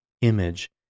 image